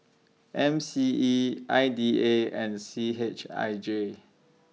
M C E I D A and C H I J